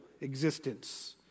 existence